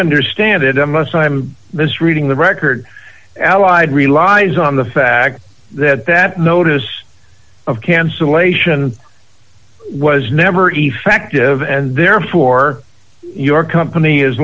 understand it unless i'm misreading the record allied relies on the fact that that notice of cancellation was never effective and therefore your company is